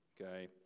okay